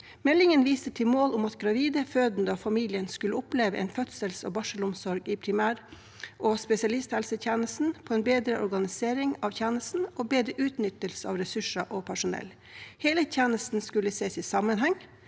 Meldingen viser til målet om at gravide, fødende og familien skulle oppleve en fødsels- og barselomsorg i primær- og spesialisthelsetjenesten med en bedre organisering av tjenesten og bedre utnyttelse av ressurser og personell. Hele tjenesten skulle ses i sammenheng,